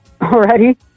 already